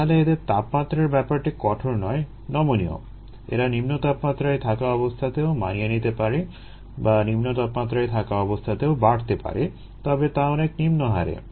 তাহলে এদের তাপমাত্রার ব্যাপারটি কঠোর নয় নমনীয় এরা নিম্ন তাপমাত্রায় থাকা অবস্থাতেও মানিয়ে নিতে পারে বা নিম্ন তাপমাত্রায় থাকা অবস্থাতেও বাড়তে পারে তবে তা অনেক নিম্নহারে